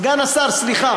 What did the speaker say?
סגן השר הייתי.